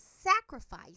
sacrifice